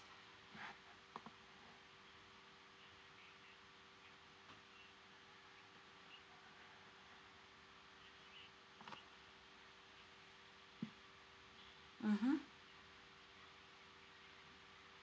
mmhmm